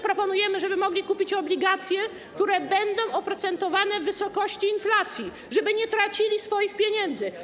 Proponujemy, żeby mogli kupić obligacje, które będą oprocentowane w wysokości inflacji, żeby nie tracili swoich pieniędzy.